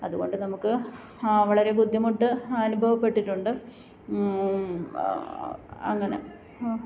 അതുകൊണ്ട് നമുക്ക് വളരെ ബുദ്ധിമുട്ട് അനുഭവപ്പെട്ടിട്ടുണ്ട് അങ്ങനെ